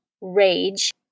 rage